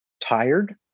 tired